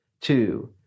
two